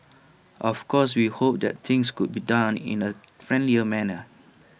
of course we hope that things could be done in A friendlier manner